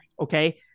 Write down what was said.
okay